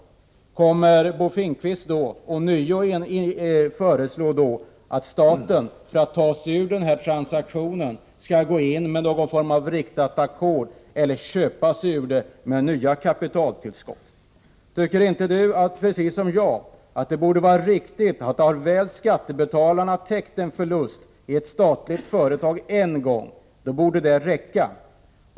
Kommer Bo Finnkvist att ånyo föreslå att staten för att ta sig ur denna transaktion skall gå in med någon form av riktat ackord eller köpa sig ur det med nya kapitaltillskott? Tycker inte Bo Finnkvist, precis som jag, att det borde vara riktigt att när skattebetalarna har täckt in förluster i ett statligt företag en gång så borde det räcka.